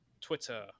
Twitter